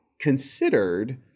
considered